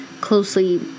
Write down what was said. closely